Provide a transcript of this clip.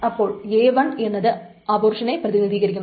അപ്പോൾ a1 എന്നത് അബോർഷനെ പ്രതിനിധീകരിക്കുന്നു